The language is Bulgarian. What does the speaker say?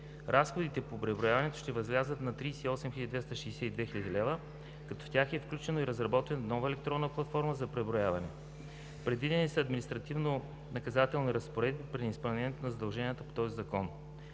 Разходите по преброяването ще възлязат на 38 262 хил. лв., като в тях е включено и разработването на нова електронна платформа за преброяване. Предвидени са административнонаказателни разпоредби при неизпълнението на задълженията по този закон.